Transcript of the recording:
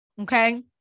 Okay